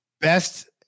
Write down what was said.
Best